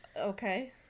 okay